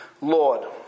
Lord